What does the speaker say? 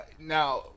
Now